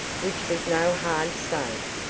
which was no hard saying,